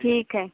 ٹھیک ہے